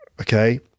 Okay